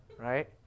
right